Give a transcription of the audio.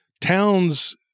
towns